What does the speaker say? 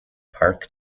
park